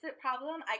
problem